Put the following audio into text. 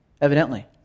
evidently